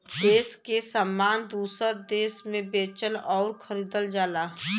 देस के सामान दूसर देस मे बेचल अउर खरीदल जाला